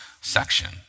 section